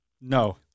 No